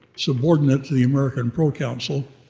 subordinate to the american proconsul.